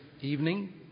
evening